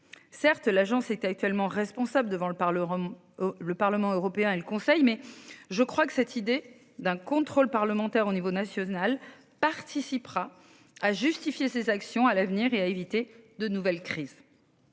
Certes, l'agence est actuellement responsable devant le par l'Europe. Le Parlement européen et le Conseil mais je crois que cette idée d'un contrôle parlementaire au niveau national participera à justifier ses actions à l'avenir et à éviter de nouvelles crises.